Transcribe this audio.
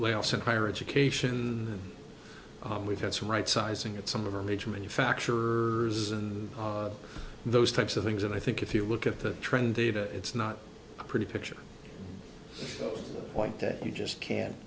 layoffs in higher education we've got some right sizing at some of our major manufacturers and those types of things and i think if you look at the trend data it's not a pretty picture point that you just can't